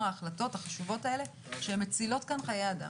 ההחלטות החשובות האלה שהן מצילות כאן חיי אדם.